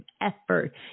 effort